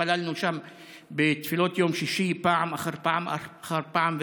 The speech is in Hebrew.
התפללנו שם בתפילות יום שישי פעם אחר פעם אחר פעם,